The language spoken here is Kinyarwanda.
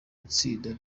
yatsinze